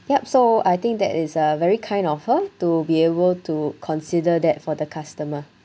yup so I think that is uh very kind of her to be able to consider that for the customer